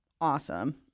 awesome